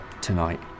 tonight